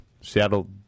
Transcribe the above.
Seattle